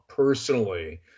personally